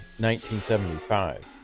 1975